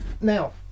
now